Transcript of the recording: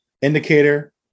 indicator